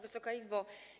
Wysoka Izbo!